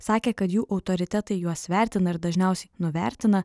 sakė kad jų autoritetai juos vertina ir dažniausiai nuvertina